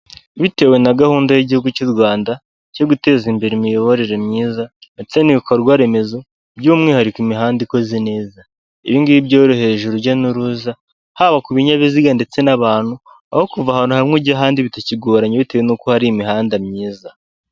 Bitewe na gahunda y'igihugu cy'u Rwanda cyo guteza imbere imiyoborere myiza ndetse n'ibikorwaremezo by'umwihariko imihanda ikoze neza, ibi ngibi byorohereje urujya n'uruza haba ku binyabiziga ndetse n'abantu, aho kuva ahantu hamwe ujya ahandi bitakigoranye bitewe n'uko hari imihanda myiza.